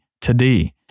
today